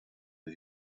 the